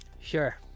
sure